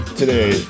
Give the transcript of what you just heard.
today